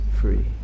free